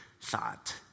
thought